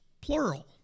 plural